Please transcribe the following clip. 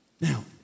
Now